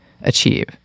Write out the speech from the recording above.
achieve